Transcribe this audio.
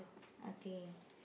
okay